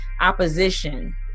opposition